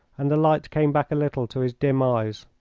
and the light came back a little to his dim eyes.